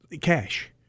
cash